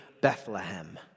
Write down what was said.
Bethlehem